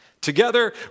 Together